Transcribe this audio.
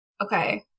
okay